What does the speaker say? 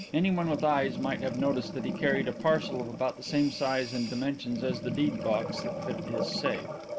anyone with eyes might have noticed that he carried a parcel of about the same size and dimensions as the deed-box that fitted his safe.